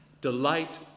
Delight